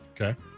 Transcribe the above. Okay